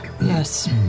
yes